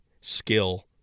skill